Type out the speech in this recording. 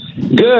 Good